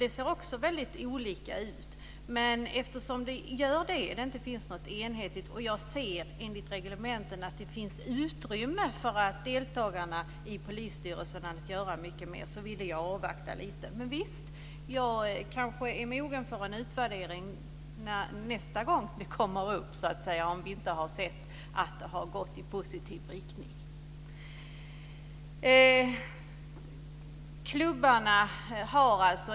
Det ser också där väldigt olika ut. Eftersom det inte är någon enhetlig bild och jag ser att det enligt reglementet finns utrymme för deltagarna i polisstyrelserna att göra mycket mer, vill jag avvakta lite. Men visst: Jag är kanske mogen för att göra en utvärdering nästa gång som det kommer upp, om vi inte har sett att det har gått i positiv riktning.